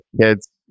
kids